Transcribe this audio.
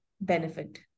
benefit